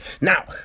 Now